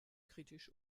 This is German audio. kritisch